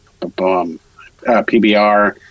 pbr